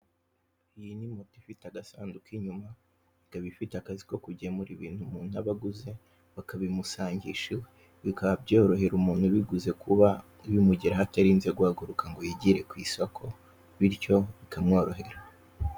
Iyi ni moto ifite agasanduku inyuma ikaba ifite akazi ko kugemura ibintu umuntu aba aguze bakabimusangisha iwe, bikaba byorohera umuntu ubiguze kuba bimugeraho atarinze guhaguruka ngo yigire ku isoko, bityo bikamworohera.